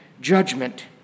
judgment